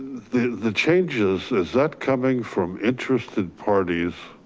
the the changes, is that coming from interested parties